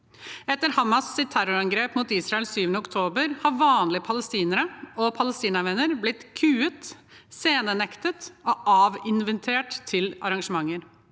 Etter Hamas’ terrorangrep mot Israel 7. oktober har vanlige palestinere og palestinavenner blitt kuet, scenenektet og avinvitert til arrangementer.